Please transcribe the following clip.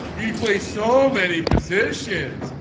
he plays so many positions.